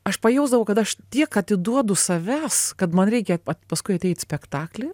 aš pajusdavau kad aš tiek atiduodu savęs kad man reikia kad paskui ateit į spektaklį